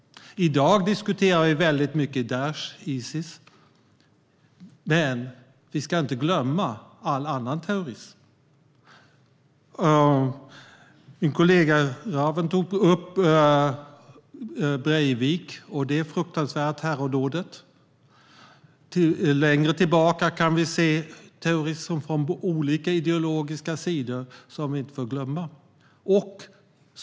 I dag diskuterar vi Daish/Isis väldigt mycket, men vi ska inte glömma all annan terrorism. Min kollega Lawen tog upp Breivik och det fruktansvärda terrordådet. Längre tillbaka kan vi se terrorism från olika ideologiska sidor som vi inte får glömma.